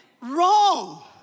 wrong